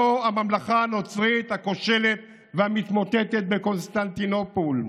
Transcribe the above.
לא הממלכה הנוצרית הכושלת והמתמוטטת בקונסטנטינופול.